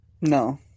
No